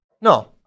No